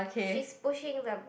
she's pushing the